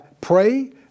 pray